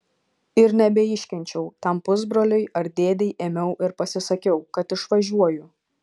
ir nebeiškenčiau tam pusbroliui ar dėdei ėmiau ir pasisakiau kad išvažiuoju